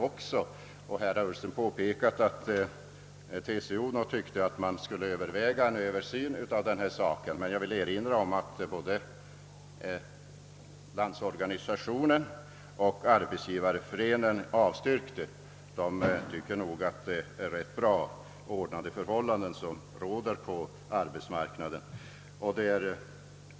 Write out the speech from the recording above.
Herr Ullsten har här påpekat att TCO ansåg att man skulle överväga en översyn av saken. Jag vill emellertid erinra om att både LO och Arbetsgivareföreningen avstyrkte. De tycker nog att de rådande förhållandena på arbetsmarknaden är rätt bra.